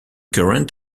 current